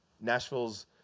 Nashville's